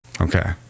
Okay